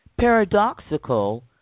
paradoxical